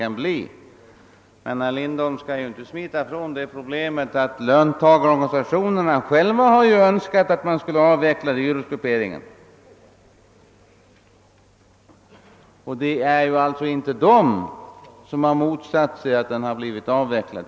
Herr Lindholm skall inte försöka att smita ifrån problemet eftersom löntagarorganisationerna själva önskat att man skulle avveckla dyrortsgrupperingen. Det är alltså inte löntagarorganisationerna som motsatt sig en tidigare avveckling.